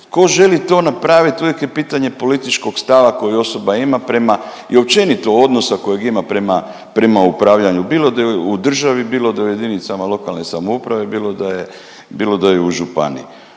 Tko želi to napravit uvijek je pitanje političkog stava koji osoba ima prema i općenito odnosa kojeg ima prema upravljanju, bilo da je u državi, bilo da je u jedinicama lokalne samouprave, bilo da je u županiji.